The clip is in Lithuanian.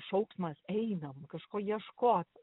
šauksmas einam kažko ieškot